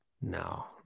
No